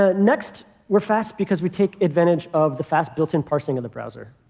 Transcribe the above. ah next, we're fast, because we take advantage of the fast built-in parsing of the browser.